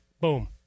Boom